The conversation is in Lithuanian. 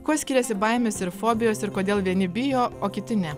kuo skiriasi baimės ir fobijos ir kodėl vieni bijo o kiti ne